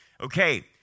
Okay